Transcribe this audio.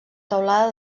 teulada